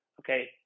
okay